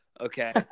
Okay